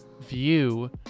View